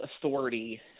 authority